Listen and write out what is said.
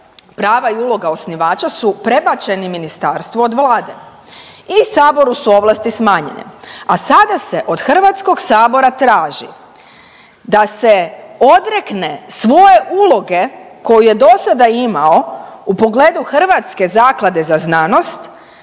prava i uloga osnivača su prebačeni ministarstvu od vlade i saboru su ovlasti smanjene. A sada se od Hrvatskog sabora traži da se odrekne svoje uloge koju je dosada imao u pogledu Hrvatske zaklade za znanost